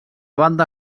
banda